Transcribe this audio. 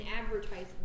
advertising